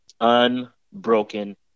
unbroken